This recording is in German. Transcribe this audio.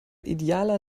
idealer